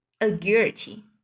agility